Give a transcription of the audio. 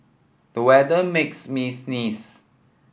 the weather makes me sneeze